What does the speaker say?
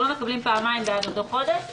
לא מקבלים פעמיים בעד אותו חודש,